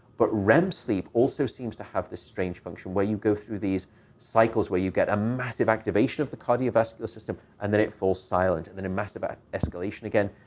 but rem sleep also seems to have this strange function where you go through these cycles where you get a massive activation of the cardiovascular system, and then it falls silent, and then a massive ah escalation again.